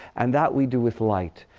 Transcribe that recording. and that we do with light.